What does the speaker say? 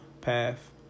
path